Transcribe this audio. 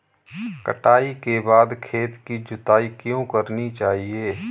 कटाई के बाद खेत की जुताई क्यो करनी चाहिए?